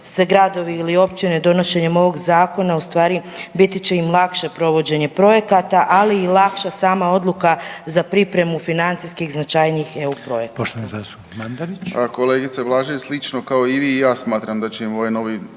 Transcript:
se gradovi ili općine donošenjem ovog Zakona ustvari, biti će im lakše provođenje projekata, ali i lakša sama odluka za pripremu financijskih značajnijih EU projekata.